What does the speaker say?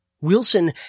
Wilson